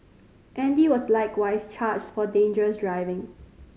Andy was likewise charged for dangerous driving